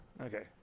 okay